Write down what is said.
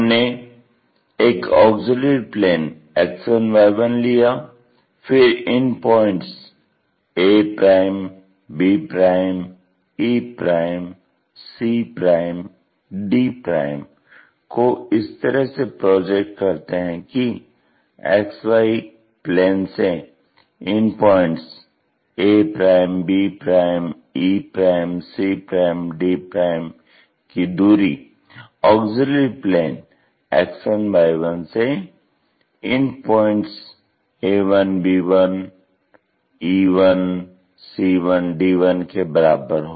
हमने एक auxiliary plane X1Y1 लिया फिर इन points a b e c d को इस तरह से प्रोजेक्ट करते हैं कि XY प्लेन से इन points a b e c d की दूरी ऑग्ज़िल्यरी प्लेन X1Y1 से इन points a1 b1 e1 c1 d1 के बराबर हो